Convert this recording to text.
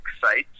sites